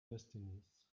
destinies